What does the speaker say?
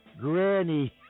Granny